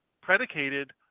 predicated